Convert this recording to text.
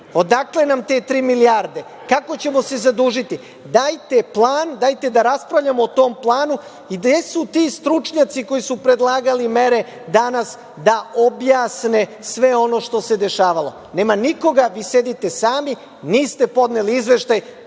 Odakle nam te tri milijarde? Kako ćemo se zadužiti? Dajte plan, dajte da raspravljamo o tom planu. Gde su ti stručnjaci koji su predlagali mere danas da objasne sve ono što se dešavalo? Nema nikoga, vi sedite sami. Niste podneli izveštaj,